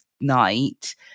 night